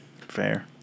fair